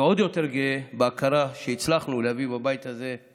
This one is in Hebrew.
ועוד יותר גאה בהכרה שהצלחנו להביא בבית הזה לכך